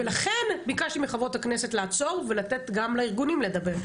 ולכן ביקשתי מחברות הכנסת לעצור ולתת גם לארגונים לדבר.